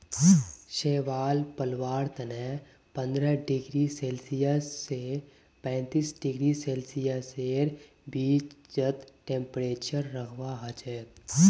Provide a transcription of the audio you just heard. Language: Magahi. शैवाल पलवार तने पंद्रह डिग्री सेल्सियस स पैंतीस डिग्री सेल्सियसेर बीचत टेंपरेचर रखवा हछेक